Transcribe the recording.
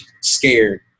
scared